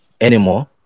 anymore